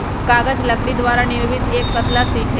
कागज लकड़ी द्वारा निर्मित एक पतला शीट हई